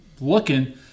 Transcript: looking